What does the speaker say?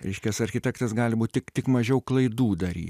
reiškias architektas gali būt tik tik mažiau klaidų daryt